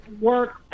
work